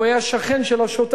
הוא היה שכן של השוטר,